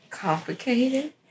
Complicated